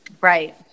right